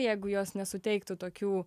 jeigu jos nesuteiktų tokių